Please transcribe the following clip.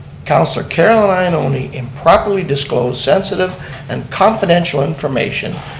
councilor carolynn ioannoni improperly disclosed sensitive and confidential information,